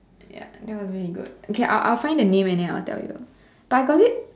ya that was really good okay I'll I'll find the name and then I'll tell you but I got it